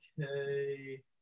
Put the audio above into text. okay